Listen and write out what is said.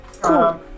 Cool